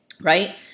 right